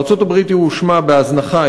בארצות-הברית היא הואשמה בהזנחה,